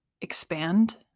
expand